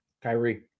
Kyrie